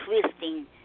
twisting